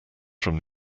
from